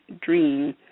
dream